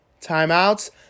timeouts